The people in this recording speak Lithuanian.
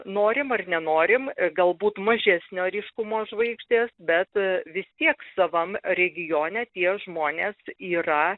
norim ar nenorim galbūt mažesnio ryškumo žvaigždės bet vis tiek savam regione tie žmonės yra